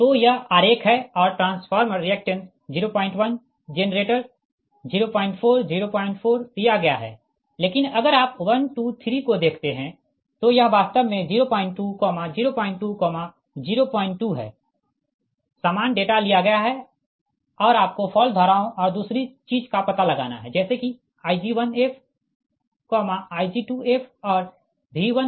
तो यह आरेख है और ट्रांसफार्मर रिएक्टेंस 01 जेनरेटर 04 04 दिया गया है लेकिन अगर आप 1 2 3 को देखते है तो यह वास्तव में 02 02 02 है समान डेटा लिया गया है और आपको फॉल्ट धाराओं और दूसरी चीज का पता लगाना है जैसे कि Ig1f Ig2f और V1f औरV2f ठीक